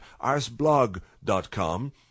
arsblog.com